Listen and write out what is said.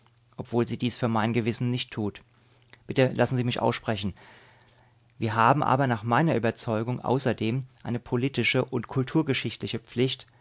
obwohl sie dies für mein gewissen nicht tut bitte lassen sie mich aussprechen wir haben aber nach meiner überzeugung außerdem eine politische und kulturgeschichtliche pflicht